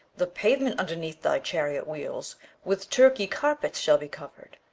the pavement underneath thy chariot-wheels with turkey-carpets shall be covered,